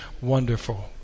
wonderful